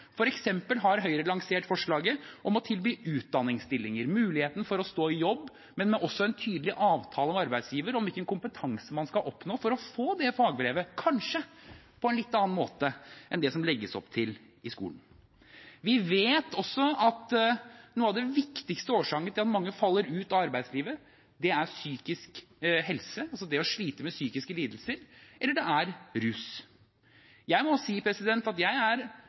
har Høyre lansert forslaget om å tilby utdanningsstillinger, muligheten til å stå i jobb, men også med en tydelig avtale med arbeidsgiver om hvilken kompetanse man skal oppnå for å få det fagbrevet, kanskje på en litt annen måte enn det det legges opp til i skolen. Vi vet også at en av de viktigste årsakene til at mange faller ut av arbeidslivet, er psykisk helse, altså det å slite med psykiske lidelser, eller rus. Jeg må si at jeg er